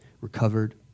recovered